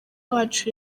wacu